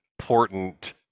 important